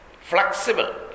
flexible